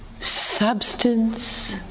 substance